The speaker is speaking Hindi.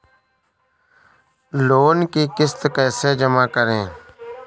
लोन की किश्त कैसे जमा करें?